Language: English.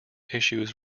issues